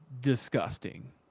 disgusting